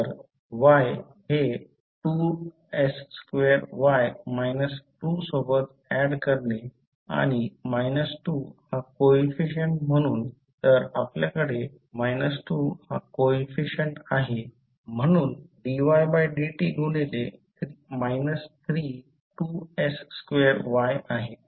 तर y हे 2s2y 2 सोबत ऍड करणे आणि 2 हा कोइफिसिएंट म्हणून तर आपल्याकडे 2 हा कोइफिसिएंट आहे म्हणून dydt गुणिले 3 2s2y आहे